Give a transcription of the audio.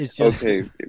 Okay